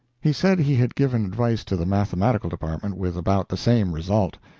he said he had given advice to the mathematical department with about the same result.